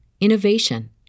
innovation